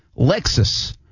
Lexus